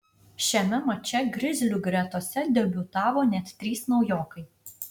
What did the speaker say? šiame mače grizlių gretose debiutavo net trys naujokai